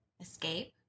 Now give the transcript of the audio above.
escape